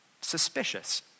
suspicious